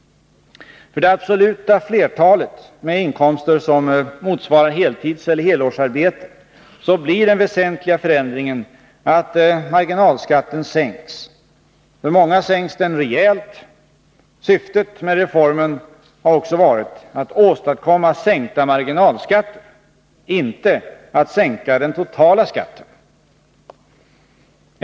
För det absoluta flertalet med inkomster som motsvarar heltidsoch helårsarbete blir den väsentliga förändringen att marginalskatten sänks; för många sänks den rejält. Syftet med reformen har också varit att åstadkomma sänkta marginalskatter, inte att sänka den totala skatten.